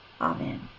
Amen